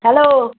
hello